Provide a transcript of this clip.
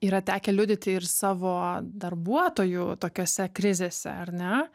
yra tekę liudyti ir savo darbuotojų tokiose krizėse ar ne